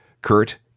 Kurt